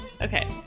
Okay